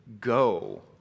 go